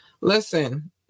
Listen